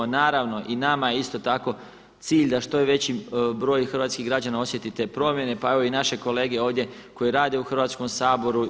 Naravno, i nama je isto tako cilj da što veći broj hrvatskih građana osjeti te promjene, pa evo i naše kolege ovdje koji rade u Hrvatskom saboru.